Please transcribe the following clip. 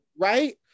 Right